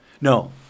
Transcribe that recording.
No